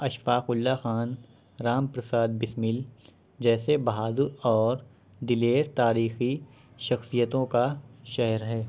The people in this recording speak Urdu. اشفاق اللہ خان رام پرساد بسمل جیسے بہادر اور دلیر تاریخی شخصیتوں کا شہر ہے